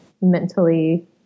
mentally